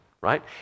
right